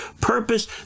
purpose